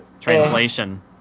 Translation